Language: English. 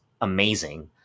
amazing